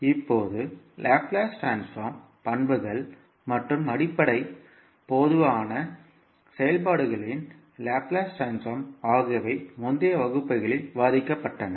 இப்போது Laplace transform பண்புகள் மற்றும் அடிப்படை பொதுவான செயல்பாடுகளின் லாப்லேஸ் ட்ரான்ஸ்போர்ம் ஆகியவை முந்தைய வகுப்புகளில் விவாதிக்கப்பட்டன